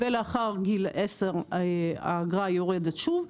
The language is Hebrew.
ולאחר גיל עשר, האגרה יורדת שוב,